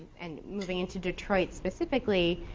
and moving into detroit, specifically,